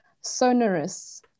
sonorous